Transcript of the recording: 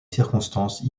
circonstances